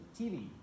TV